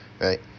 right